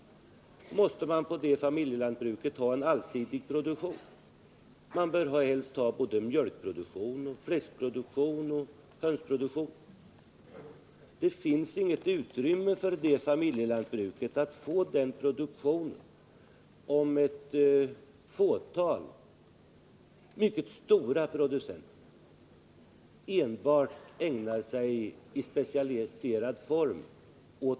Familjelantbruket måste i stället ha en allsidig produktion. Man bör helst ha både mjölkoch fläskproduktion och även hönsproduktion. Men det finns inget utrymme för familjelantbruket att få den produktionen om ett fåtal mycket stora producenter ägnar sig enbart åt den här driften i specialiserad form.